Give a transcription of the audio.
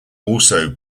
also